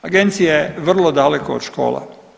Agencija je vrlo daleko od škola.